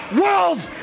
world's